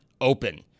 open